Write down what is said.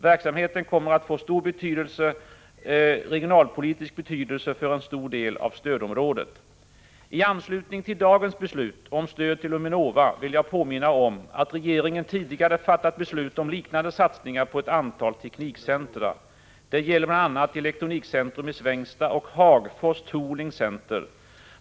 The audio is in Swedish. Verksamheten kommer att få stor regionalpolitisk betydelse för en stor del av stödområdet. I anslutning till dagens beslut om stöd till UMINOVA vill jag påminna om att regeringen tidigare fattat beslut om liknande satsningar på ett antal teknikcentra. Det gäller bl.a. Elektronikcentrum i Svängsta och Hagfors Tooling Center.